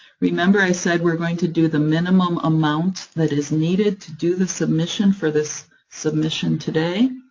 remember, i said we're going to do the minimum amount that is needed to do the submission for this submission today,